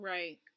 Right